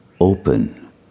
open